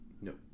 No